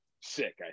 sick